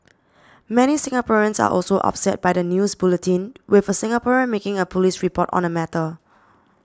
many Singaporeans are also upset by the news bulletin with a Singaporean making a police report on the matter